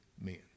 men